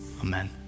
Amen